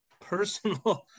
personal